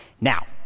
Now